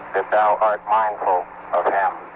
that thou art mindful of him?